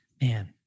man